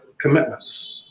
commitments